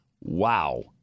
Wow